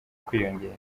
kwiyongera